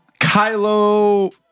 Kylo